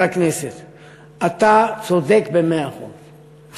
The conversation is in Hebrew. אתה צודק במאת האחוזים.